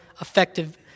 effective